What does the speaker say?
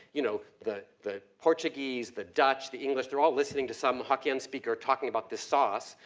you know, the, the portuguese, the dutch, the english, they're all listening to some hokkien speaker talking about this sauce.